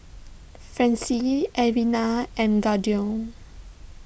Francis Alwina and